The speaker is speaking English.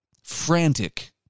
frantic